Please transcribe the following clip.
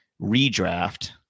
redraft